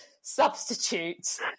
substitutes